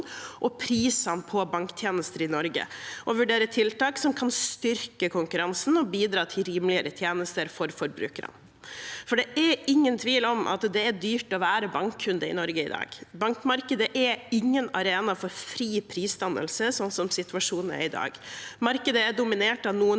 og prisene på banktjenester i Norge og vurdere tiltak som kan styrke konkurransen og bidra til rimeligere tjenester for forbrukerne. Det er ingen tvil om at det er dyrt å være bankkunde i Norge i dag. Bankmarkedet er ingen arena for fri prisdannelse, sånn situasjonen er i dag. Markedet er dominert av noen